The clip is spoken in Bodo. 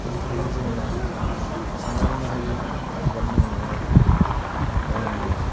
बिनि थाखायनो जोङो सानना लानो हायो आबाद मावनायाव रांनि